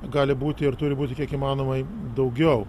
gali būti ir turi būti kiek įmanomai daugiau